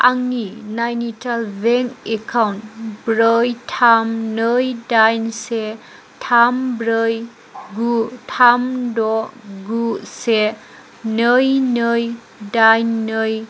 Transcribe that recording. आंनि Nainital bank account ब्रै थाम नै दाइन से थाम ब्रै गु थाम द गु से नै नै दाइन नै